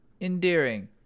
Endearing